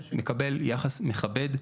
מקבל יחס מכבד,